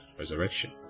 resurrection